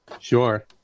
Sure